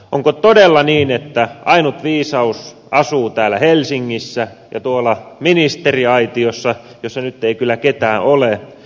onko todella niin että ainut viisaus asuu täällä helsingissä ja tuolla ministeriaitiossa jossa nyt ei kyllä ketään ole